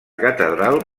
catedral